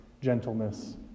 gentleness